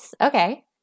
Okay